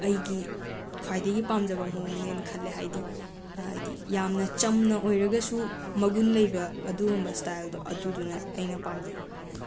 ꯑꯩꯒꯤ ꯈ꯭ꯋꯥꯏꯗꯒꯤ ꯄꯥꯝꯖꯕ ꯃꯥꯑꯣꯡꯅꯦꯅ ꯈꯜꯂꯦ ꯍꯥꯏꯗꯤ ꯑꯥꯏꯗꯤ ꯌꯥꯝꯅ ꯆꯝꯅ ꯑꯣꯏꯔꯒꯁꯨ ꯃꯒꯨꯟ ꯂꯩꯕ ꯑꯗꯨꯒꯨꯝꯕ ꯁ꯭ꯇꯥꯏꯜꯗꯣ ꯑꯗꯨꯗꯨꯅ ꯑꯩꯅ ꯄꯥꯝꯖꯩ